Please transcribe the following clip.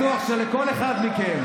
תלמד ליבה יחד עם,